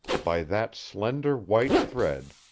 by that slender white thread,